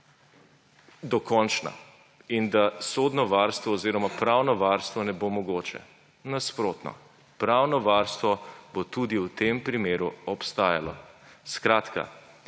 dokončna in da sodno varstvo oziroma pravno varstvo ne bo mogoče. Nasprotno, pravno varstvo bo tudi v tem primeru obstajalo. Skratka,